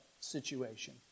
situation